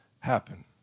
Happen